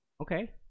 Okay